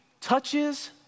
touches